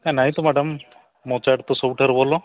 କାହିଁ ନାହିଁ ତ ମ୍ୟାଡ଼ମ୍ ମୋ ଚାଟ୍ ତ ସବୁଠାରୁ ଭଲ